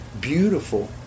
beautiful